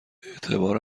اعتبار